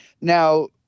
Now